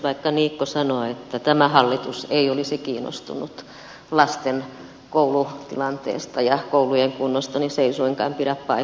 vaikka niikko sanoo että tämä hallitus ei olisi kiinnostunut lasten koulutilanteesta ja koulujen kunnosta niin se ei suinkaan pidä paikkaansa